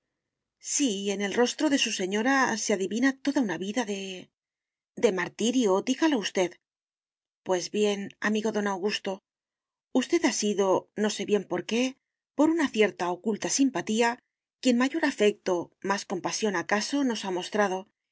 sí en el rostro de su señora se adivina toda una vida de de martirio dígalo usted pues bien amigo don augusto usted ha sido no sé bien por qué por una cierta oculta simpatía quien mayor afecto más compasión acaso nos ha mostrado